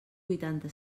huitanta